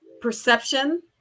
perception